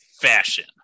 fashion